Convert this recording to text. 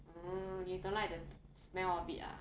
oh you don't like the smell of it ah